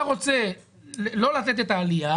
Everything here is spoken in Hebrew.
אתה רוצה לא לתת את העלייה